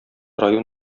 район